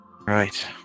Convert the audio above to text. Right